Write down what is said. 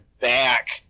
back